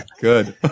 Good